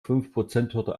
fünfprozenthürde